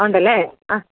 ഉണ്ടല്ലേ ആ